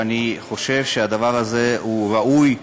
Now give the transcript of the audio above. ואני חושב שהדבר הזה הוא ראוי,